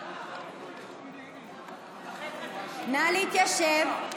נא להתיישב.